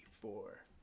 four